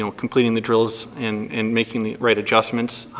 you know completing the drills and and making the right adjustments,